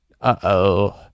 uh-oh